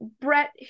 Brett